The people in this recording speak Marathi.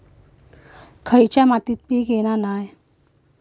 खयच्या मातीत पीक येत नाय?